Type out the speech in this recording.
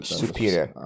superior